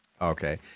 Okay